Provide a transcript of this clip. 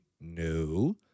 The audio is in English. No